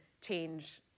change